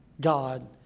god